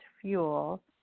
fuel